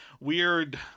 Weird